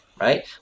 right